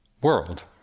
world